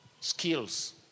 skills